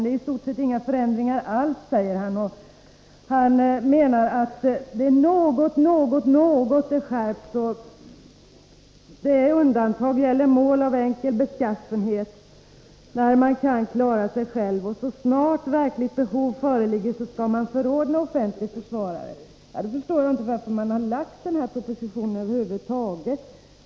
Det är i stort sett inga förändringar alls, säger han och menar att om något är skärpt så är det undantag och gäller mål av enkel beskaffenhet, där man kan klara sig själv. Så snart verkligt behov föreligger skall det däremot förordnas offentlig försvarare. Då förstår jag inte varför man över huvud taget har lagt fram den här propositionen.